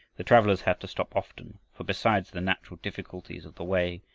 the travelers had to stop often, for, besides the natural difficulties of the way,